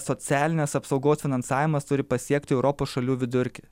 socialinės apsaugos finansavimas turi pasiekti europos šalių vidurkį